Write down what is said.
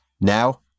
Now